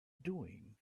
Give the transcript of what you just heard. doing